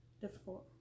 difficult